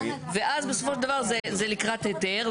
ואז בסופו של דבר זה לקראת היתר,